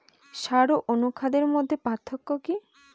সার ও অনুখাদ্যের মধ্যে পার্থক্য কি?